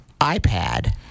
iPad